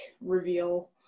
reveal